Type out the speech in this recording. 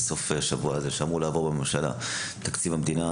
בסוף השבוע הזה אמור לעבור בממשלה תקציב המדינה,